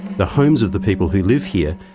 the homes of the people who live here,